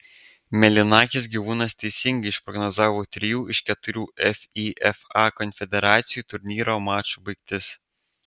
mėlynakis gyvūnas teisingai išprognozavo trijų iš keturių fifa konfederacijų turnyro mačų baigtis